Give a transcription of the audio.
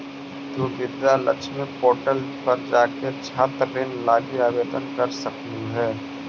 तु विद्या लक्ष्मी पोर्टल पर जाके छात्र ऋण लागी आवेदन कर सकलहुं हे